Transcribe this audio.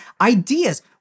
ideas